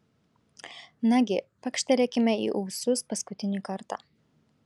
nagi pakštelėkime į ūsus paskutinį kartą